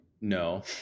No